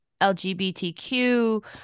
LGBTQ